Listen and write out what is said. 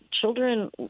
children